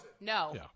No